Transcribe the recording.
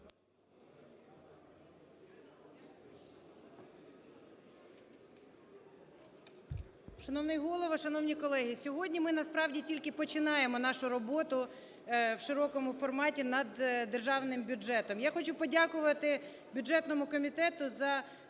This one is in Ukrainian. Шановний Голово, шановні колеги! Сьогодні ми насправді тільки починаємо нашу роботу в широкому форматі над Державний бюджетом. Я хочу подякувати бюджетному комітету за